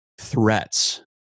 threats